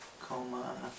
coma